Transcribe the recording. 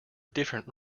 different